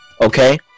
Okay